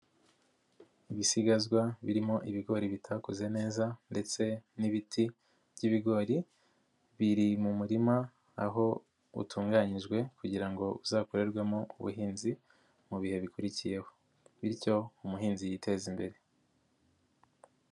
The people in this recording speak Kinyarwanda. Ibisigazwa birimo ibigori bitakuze neza ndetse n'ibiti by'ibigori biri mu murima aho utunganyijwe kugira ngo uzakorerwemo ubuhinzi mu bihe bikurikiyeho bityo umuhinzi yiteze imbere.